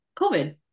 COVID